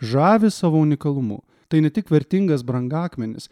žavi savo unikalumu tai ne tik vertingas brangakmenis